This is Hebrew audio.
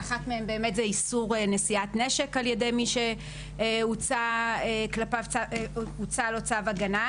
שאחת מהן היא איסור נשיאת נשק ע"י מי שהוצא כלפיו צו הגנה.